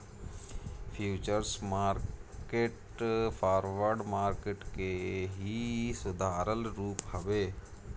futures market forward market के ही सुधारल रूप हवे